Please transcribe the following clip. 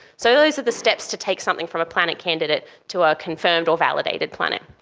so those are the steps to take something from a planet candidate to a confirmed or validated planet.